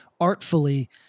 artfully